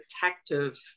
protective